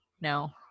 No